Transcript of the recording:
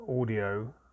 audio